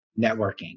networking